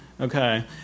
Okay